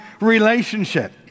relationship